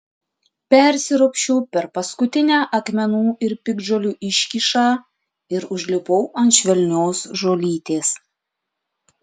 persiropščiau per paskutinę akmenų ir piktžolių iškyšą ir užlipau ant švelnios žolytės